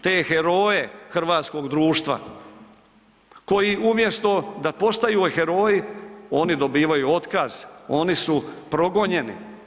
Te heroje hrvatskog društva koji umjesto da postaju heroji oni dobivaju otkaz, oni su progonjeni.